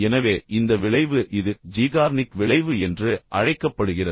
எனவே இந்த விளைவு இது ஜீகார்னிக் விளைவு என்று அழைக்கப்படுகிறது